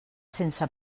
sense